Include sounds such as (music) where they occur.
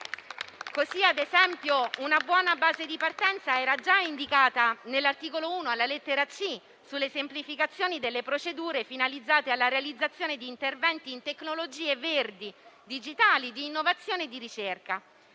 (applause) Una buona base di partenza, ad esempio, era già indicata nell'articolo 1, alla lettera c, sulle semplificazioni delle procedure finalizzate alla realizzazione di interventi in tecnologie verdi, digitali, di innovazione e di ricerca.